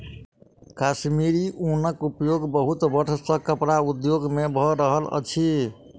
कश्मीरी ऊनक उपयोग बहुत वर्ष सॅ कपड़ा उद्योग में भ रहल अछि